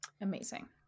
amazing